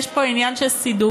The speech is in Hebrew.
יש פה עניין של סידורים,